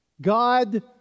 God